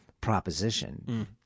proposition –